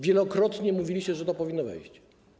Wielokrotnie mówiliście, że to powinno wejść.